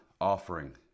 offering